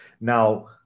now